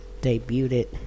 debuted